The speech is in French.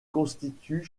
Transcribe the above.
constituent